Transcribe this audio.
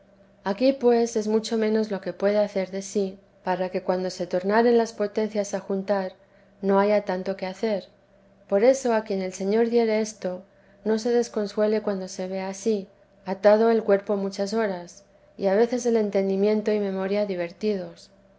aquí pues es mucho menos lo que puede hacer de sí para que cuando se tornaren las potencias a juntar no haya tanto que hacer por eso a quien el señor diere esto no se desconsuele cuando se vea ansí atado el cuerpo muchas horas y a veces el entendimiento y memoria divertidos